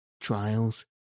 trials